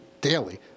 daily